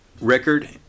record